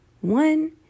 one